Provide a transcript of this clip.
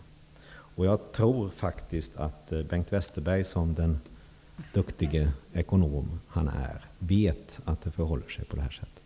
Jag tror faktiskt att Bengt Westerberg, som den duktige ekonom han är, vet att det förhåller sig på det här sättet.